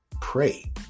Pray